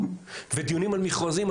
ודיונים על מכרזים,